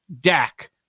Dak